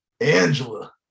Angela